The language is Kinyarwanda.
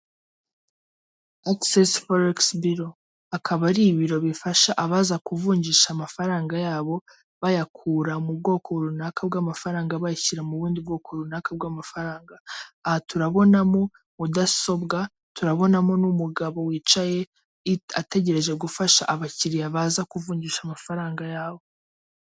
Ogisisi foiri biro akaba ari ibiro bifasha abaza kuvunjisha amafaranga yabo bayakura mu bwoko runaka bw'amafaranga bayashyira mu bundi bwoko runaka bw'amafaranga, aha turabonamo mudasobwa, turabonamo n'umugabo wicaye ategereje gufasha abakiriya baza kuvunjisha amafaranga yawe.